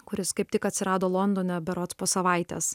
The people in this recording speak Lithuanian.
kuris kaip tik atsirado londone berods po savaitės